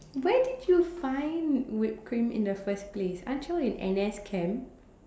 where did you find whipped cream in the first place aren't you in N_S camp